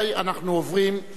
נעבור להצעות